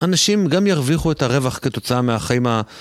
אנשים גם ירוויחו את הרווח כתוצאה מהחיים ה...